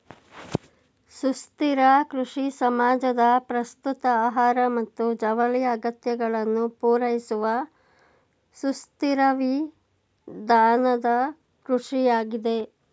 ಸುಸ್ಥಿರ ಕೃಷಿ ಸಮಾಜದ ಪ್ರಸ್ತುತ ಆಹಾರ ಮತ್ತು ಜವಳಿ ಅಗತ್ಯಗಳನ್ನು ಪೂರೈಸುವಸುಸ್ಥಿರವಿಧಾನದಕೃಷಿಯಾಗಿದೆ